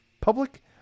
public